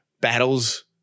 battles